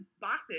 bosses